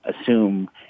assume